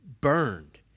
burned